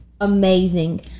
amazing